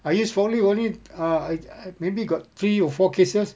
I use forklift only uh I I maybe got three or four cases